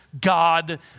God